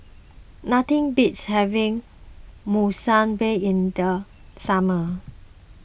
nothing beats having Monsunabe in the summer